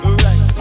right